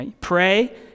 Pray